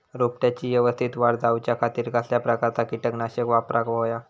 रोपट्याची यवस्तित वाढ जाऊच्या खातीर कसल्या प्रकारचा किटकनाशक वापराक होया?